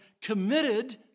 committed